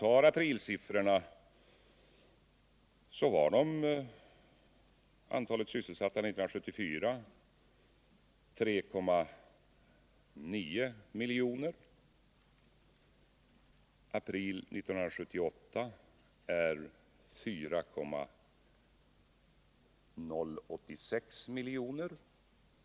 Aprilsiffrorna visar att antalet sysselsatta 1974 var 3,9 milj., i april 1978 var det 4,086 milj.